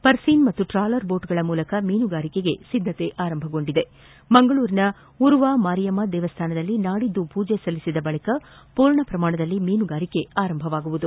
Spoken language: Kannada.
ಪರ್ಸೀನ್ ಮತ್ತು ಟಾಲರ್ ಬೋಟ್ ಗಳ ಮೂಲಕ ಮೀನುವಾರಿಕೆಗೆ ಸಿದ್ದತೆ ಆರಂಭಗೊಂಡಿದೆ ಮಂಗಳೂರಿನ ಉರ್ವ ಮಾರಿಯಮ್ ದೇವಸ್ಥಾನದಲ್ಲಿ ನಾಡಿದ್ದು ಪೂಜೆ ಸಲ್ಲಿಸಿದ ಬಳಿಕ ಪೂರ್ಣ ಪ್ರಮಾಣದಲ್ಲಿ ಮೀನುಗಾರಿಕೆ ಆರಂಭವಾಗಲಿದೆ